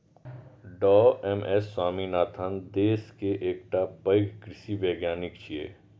डॉ M S Swaminathan देश के एकटा पैघ कृषि वैज्ञानिक छियै